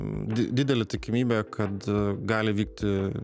didelė tikimybė kad gali vykti